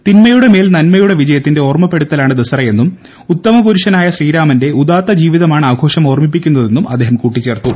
തിന്മയുടെ മേൽ നന്മയുടെ വിജയത്തിന്റെ ഓർമപ്പെടുത്തലാണ് ദസറയെന്നും ഉത്തമപുരുഷനായ ശ്രീരാമന്റെ ഉദാത്ത ജീവിതമാണ് ആഘോഷം ഓർമിപ്പിക്കുന്നതെന്നും അദ്ദേഹം കൂട്ടിച്ചേർത്തു